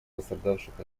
пострадавших